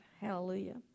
Hallelujah